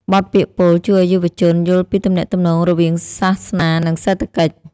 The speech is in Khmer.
បទពាក្យពោលជួយឱ្យយុវជនយល់ពីទំនាក់ទំនងរវាងសាសនា និងសេដ្ឋកិច្ច។